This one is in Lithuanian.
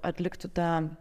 atliktų tą